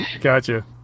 gotcha